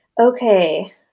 Okay